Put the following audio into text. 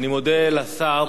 אני מודה לשר.